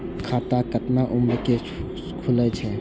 खाता केतना उम्र के खुले छै?